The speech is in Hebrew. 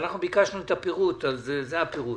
אנחנו ביקשנו את הפירוט, אז זה הפירוט.